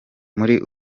muri